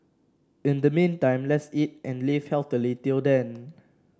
in the meantime let's eat and live healthily till then